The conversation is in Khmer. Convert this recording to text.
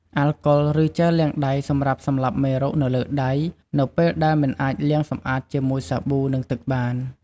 អាល់កុល ឬជែលលាងដៃ សម្រាប់ សម្លាប់មេរោគ នៅលើដៃនៅពេលដែលមិនអាចលាងសម្អាតជាមួយសាប៊ូ និងទឹកបាន។